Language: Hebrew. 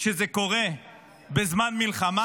שזה קורה בזמן מלחמה.